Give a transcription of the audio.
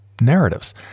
narratives